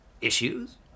Issues